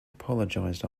apologised